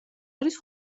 არის